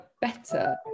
better